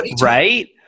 Right